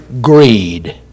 greed